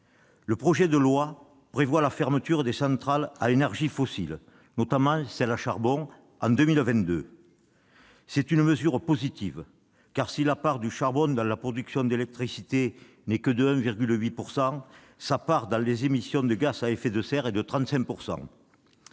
Il prévoit la fermeture des centrales à énergies fossiles, notamment de celles qui fonctionnent au charbon, en 2022. C'est une mesure positive, car, si la part du charbon dans la production d'électricité n'est que de 1,8 %, sa part dans les émissions de gaz à effet de serre est de 35 %.